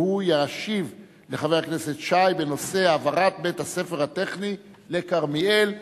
והוא ישיב לחבר הכנסת שי בנושא: העברת בית-הספר הטכני לכרמיאל.